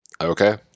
Okay